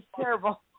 terrible